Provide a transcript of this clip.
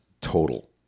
total